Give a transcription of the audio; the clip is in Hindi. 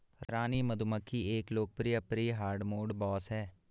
रानी मधुमक्खी एक लोकप्रिय प्री हार्डमोड बॉस है